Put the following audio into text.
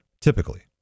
typically